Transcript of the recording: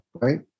right